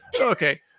Okay